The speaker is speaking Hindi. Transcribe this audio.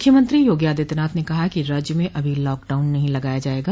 मुख्यमंत्री योगी आदित्यनाथ ने कहा है कि राज्य में अभी लॉकडाउन नहीं लगाया जायेगा